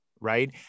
Right